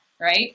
right